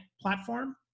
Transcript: platform